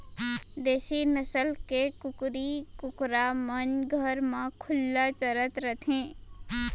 देसी नसल के कुकरी कुकरा मन घर म खुल्ला चरत रथें